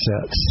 sets